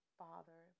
father